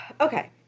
Okay